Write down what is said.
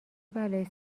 بلایی